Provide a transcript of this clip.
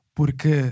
Porque